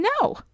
no